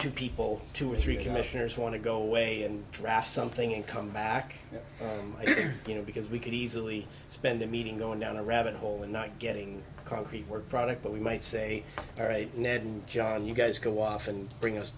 two people two or three commissioners want to go away and draft something and come back here you know because we could easily spend a meeting going down a rabbit hole and not getting cocky work product but we might say all right ned and john you guys go off and bring us